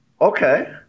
Okay